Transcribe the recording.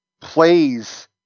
plays